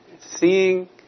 Seeing